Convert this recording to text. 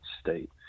state